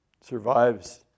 survives